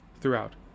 throughout